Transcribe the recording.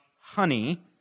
honey